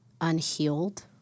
unhealed